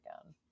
again